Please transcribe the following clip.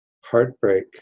heartbreak